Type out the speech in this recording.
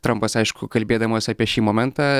trampas aišku kalbėdamas apie šį momentą